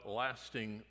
lasting